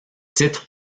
titres